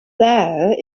there